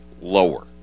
lower